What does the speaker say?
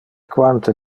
quante